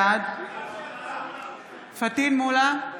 בעד פטין מולא,